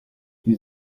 ils